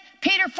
Peter